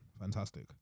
fantastic